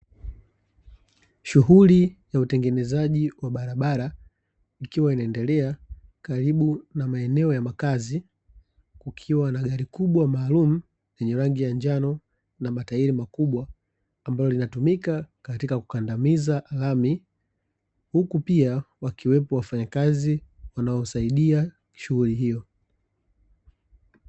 Shughuli ya utengenezaji wa barabara ikiwa inaendelea karibu na maeneo ya makazi, kukiwa na gari kubwa maalumu yenye rangi ya njano na matairi makubwa, ambalo linatumika katika kukandamiza lami, huku pia kukiwa na wafanyakazi wanaosaidia shughuli hiyo.